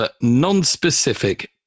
non-specific